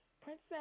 princess